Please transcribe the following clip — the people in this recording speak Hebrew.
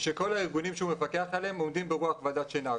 שהוא מפקח עליהם עובדים ברוח ועדת שנהר.